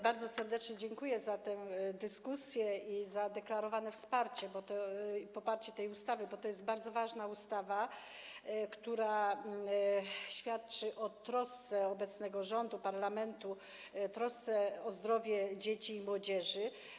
Bardzo serdecznie dziękuję za tę dyskusję, za deklarowane wsparcie i poparcie tej ustawy, bo to jest bardzo ważna ustawa, która świadczy o trosce obecnego rządu, parlamentu o zdrowie dzieci i młodzieży.